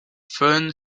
thin